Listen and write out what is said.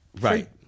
Right